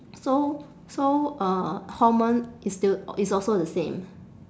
so so uh hormone is still is also the same